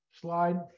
slide